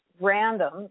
random